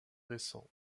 récent